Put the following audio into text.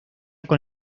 con